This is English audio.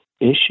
issue